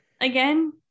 again